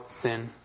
sin